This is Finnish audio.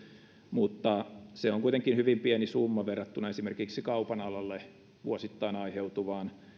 mutta se on kuitenkin hyvin pieni summa verrattuna esimerkiksi kaupan alalle vuosittain aiheutuvaan